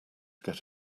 get